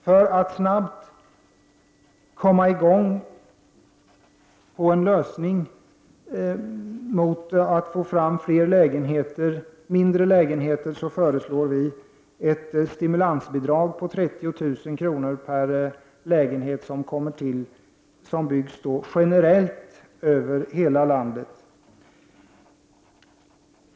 För att snabbt komma i gång med en lösning för att få fram flera mindre lägenheter föreslår vi ett stimulansbidrag på 30 000 kr. per lägenhet som kommer till, generellt över hela landet.